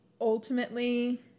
ultimately